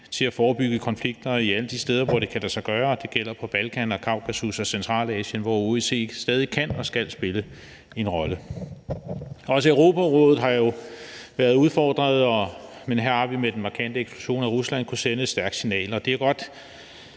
til at forebygge konflikter alle de steder, hvor det kan lade sig gøre. Det gælder Balkan, Kaukasus og Centralasien, hvor OSCE stadig kan og skal spille en rolle. Også Europarådet har jo været udfordret, men her har vi med den markante eksklusion af Rusland kunnet sende et stærkt signal.